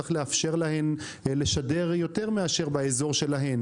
צריך לאפשר להן לשדר יותר מאשר באזור שלהם.